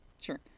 Sure